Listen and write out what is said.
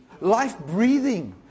life-breathing